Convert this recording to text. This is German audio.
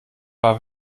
war